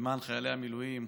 למען חיילי המילואים,